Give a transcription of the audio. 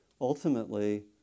ultimately